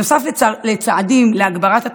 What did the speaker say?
נוסף לצעדים להגברת התחרות,